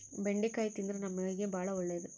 ಬೆಂಡಿಕಾಯಿ ತಿಂದ್ರ ನಮ್ಮ ಮೈಗೆ ಬಾಳ ಒಳ್ಳೆದು